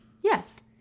Yes